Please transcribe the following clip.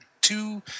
two